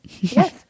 Yes